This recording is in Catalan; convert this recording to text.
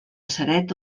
ceret